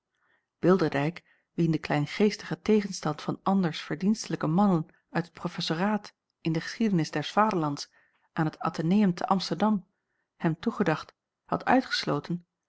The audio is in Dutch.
bilderdijk wien de kleingeestige tegenstand van anders verdienstelijke mannen uit het professoraat in de geschiedenis des vaderlands aan het atheneum te amsterdam hem toegedacht had uitgesloten